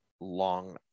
long